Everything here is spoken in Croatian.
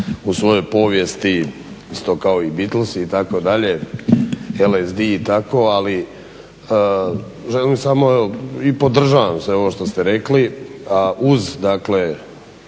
u svojoj povijesti, isto kao i Beatlesi, itd., LSD i tako, ali želim samo, i podržavam sve ovo što ste rekli, a uz dakle